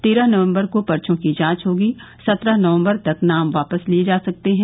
तेरह नवम्बर को पर्चो की जांच होगी सत्रह नवम्बर तक नामांकन वापस लिये जा सकते हैं